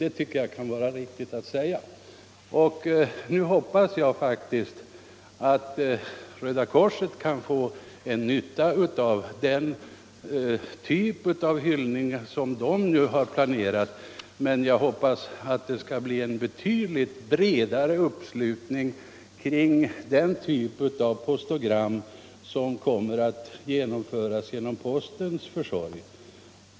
Det tycker jag bör sägas. Jag hoppas att Röda korset kan få nytta av den typ av hyllningsblankett som organisationen nu utgivit. Men jag hoppas att det skall bli en betydligt bredare uppslutning kring de postogram som kommer att lanseras genom postens försorg.